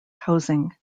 housing